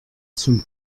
zum